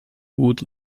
wood